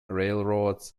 railroads